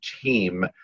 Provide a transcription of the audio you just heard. team